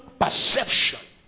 perception